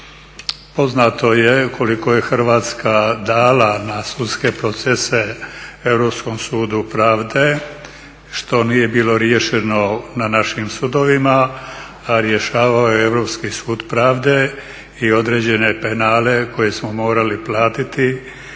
Poznato je koliko je Hrvatska dala na sudske procese Europskom sudu pravde što nije bilo riješeno na našim sudovima rješavao je Europski sud pravde i određene penale koje smo morali platiti